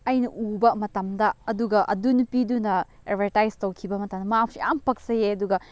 ꯑꯩꯅ ꯎꯕ ꯃꯇꯝꯗ ꯑꯨꯗꯒ ꯑꯗꯨ ꯅꯨꯄꯤꯗꯨꯅ ꯑꯦꯗꯚꯔꯇꯥꯏꯁ ꯇꯧꯈꯤꯕ ꯃꯇꯝꯗ ꯃꯥꯁꯤ ꯌꯥꯝ ꯄꯛꯆꯩꯌꯦ ꯑꯗꯨꯒ